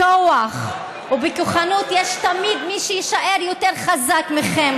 בכוח ובכוחנות יש תמיד מי שיישאר יותר חזק מכם,